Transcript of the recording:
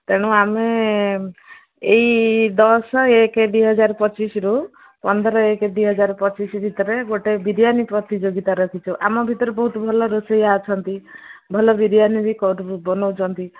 ତେଣୁ ଆମେ ଏଇ ଦଶ ଏକେ ଦୁଇ ହଜାର ପଚିଶରୁ ପନ୍ଦର ଏକେ ଦୁଇ ହଜାର ପଚିଶ ଭିତରେ ଗୋଟେ ବିରିୟାନୀ ପ୍ରତିଯୋଗିତା ରଖିଛୁ ଆମ ଭିତରେ ବହୁତ ଭଲ ରୋଷେଇଆ ଅଛନ୍ତି ଭଲ ବିରିୟାନି ବି ବନଉଛନ୍ତି